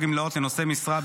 שינוי מבנה ומיזוג,